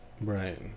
Right